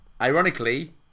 ironically